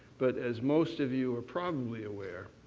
but as most of you are probably aware,